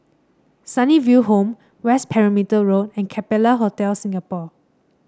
Sunnyville Home West Perimeter Road and Capella Hotel Singapore